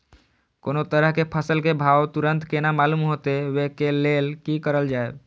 कोनो तरह के फसल के भाव तुरंत केना मालूम होते, वे के लेल की करल जाय?